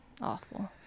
awful